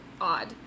odd